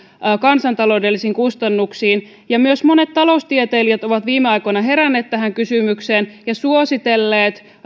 kansantaloudellisiin kustannuksiin myös monet taloustieteilijät ovat viime aikoina heränneet tähän kysymykseen ja suositelleet